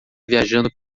viajando